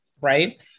right